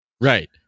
Right